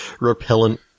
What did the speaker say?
Repellent